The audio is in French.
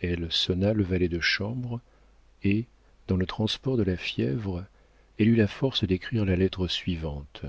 elle sonna le valet de chambre et dans le transport de la fièvre elle eut la force d'écrire la lettre suivante